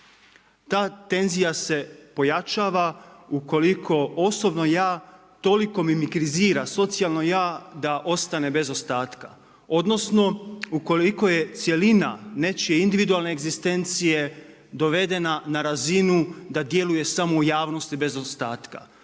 Ta tenzija se pojačava ukoliko osobno ja toliko mimikrizira socijalno ja da ostane bez ostatka, odnosno ukoliko je cjelina nečije individualne egzistencije dovedena na razinu da djeluje samo u javnosti bez ostatka.